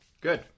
Good